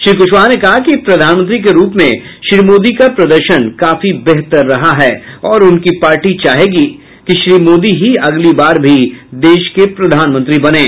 श्री कुशवाहा ने कहा कि प्रधानमंत्री के रूप में श्री मोदी का प्रदर्शन काफी बेहतर रहा है और उनकी पार्टी चाहेगी कि श्री मोदी ही अगली बार भी वे देश के प्रधानमंत्री बनें